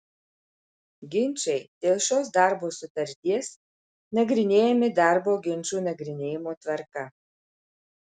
ginčai dėl šios darbo sutarties nagrinėjami darbo ginčų nagrinėjimo tvarka